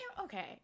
okay